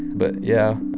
but, yeah,